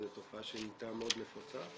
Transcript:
זו תופעה שנהיתה מאוד נפוצה.